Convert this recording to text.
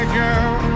girl